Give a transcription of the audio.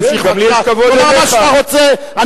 תמשיך בבקשה לומר מה שאתה רוצה.